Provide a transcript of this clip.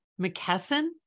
McKesson